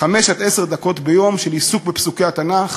חמש עד עשר דקות ביום של עיסוק בפסוקי התנ"ך